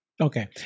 Okay